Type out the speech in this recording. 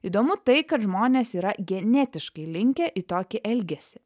įdomu tai kad žmonės yra genetiškai linkę į tokį elgesį